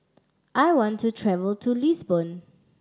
I want to travel to Lisbon